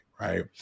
right